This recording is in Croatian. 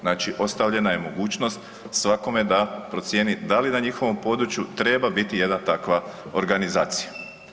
Znači ostavljena je mogućnost svakome da procijeni da li na njihovom području treba biti jedna takva organizacija.